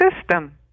system